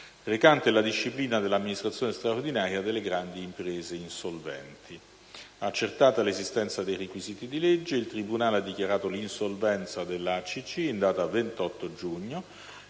recante la disciplina della amministrazione straordinaria delle grandi imprese insolventi. Accertata l'esistenza dei requisiti di legge, il tribunale ha dichiarato l'insolvenza della ACC in data 28 giugno